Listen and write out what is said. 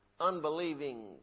unbelieving